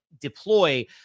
deploy